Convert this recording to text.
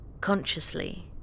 consciously